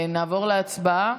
נעבור להצבעה.